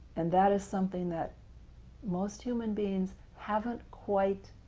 and that is something that most human beings haven't quite